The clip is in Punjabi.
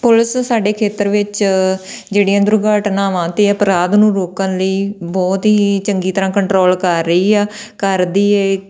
ਪੁਲਿਸ ਸਾਡੇ ਖੇਤਰ ਵਿੱਚ ਜਿਹੜੀਆਂ ਦੁਰਘਟਨਾਵਾਂ ਅਤੇ ਅਪਰਾਧ ਨੂੰ ਰੋਕਣ ਲਈ ਬਹੁਤ ਹੀ ਚੰਗੀ ਤਰ੍ਹਾਂ ਕੰਟਰੋਲ ਕਰ ਰਹੀ ਆ ਕਰਦੀ ਹੈ